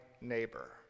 neighbor